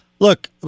Look